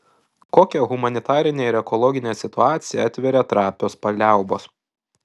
kokią humanitarinę ir ekologinę situaciją atveria trapios paliaubos